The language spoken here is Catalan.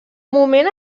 moment